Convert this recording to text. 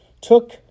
took